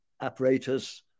apparatus